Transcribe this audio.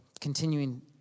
continuing